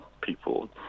people